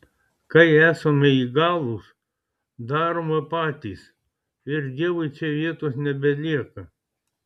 kai esame įgalūs darome patys ir dievui čia vietos nebelieka